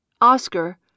Oscar